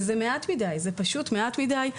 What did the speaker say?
אבל זה מעט מדי, זה פשוט מעט מדי.